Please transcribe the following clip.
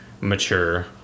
mature